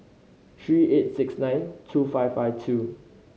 three eight six nine two five five two